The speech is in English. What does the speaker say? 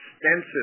extensive